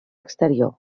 exterior